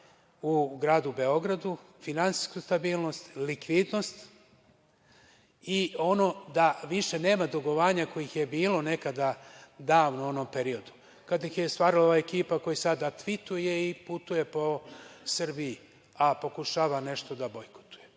u gradu Beogradu, finansijsku stabilnost, likvidnost i ono da više nema dugovanja kojih je bilo nekada davno u onom periodu kada ih je stvarala ova ekipa koja sada tvituje i putuje po Srbiji, a pokušava nešto da bojkotuje.